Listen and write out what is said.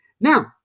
Now